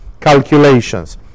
calculations